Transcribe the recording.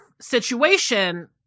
situation